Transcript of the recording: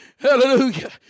Hallelujah